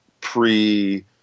pre-